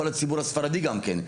כל הציבור הספרדי גם כן.